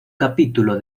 capítulo